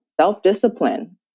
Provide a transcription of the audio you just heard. Self-discipline